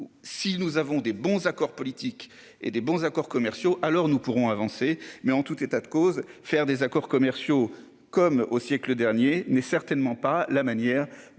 si nous avons des bons accords politiques et des bons accords commerciaux. Alors nous pourrons avancer, mais en tout état de cause, faire des accords commerciaux comme au siècle dernier n'est certainement pas la manière